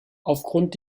aufgrund